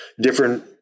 different